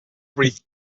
breathe